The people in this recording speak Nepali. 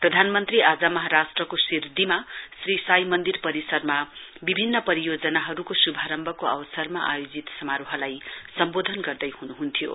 प्रधानमन्त्री आज महाराष्ट्रको शिरडीमा श्री साई मन्दिर परिसरमा विभिन्न परियोजनाहरुको श्भारम्भको अवसरमा आयोजित समारोहलाई सम्वोधन गर्दैह्नुहुन्थ्यो